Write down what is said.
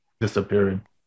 disappearing